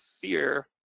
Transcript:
fear